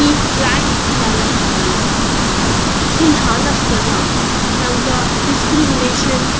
ती ब्लॅक जाल्ल्या कारणान ती ल्हान आसतना तांकां डिसक्रिमिनेशन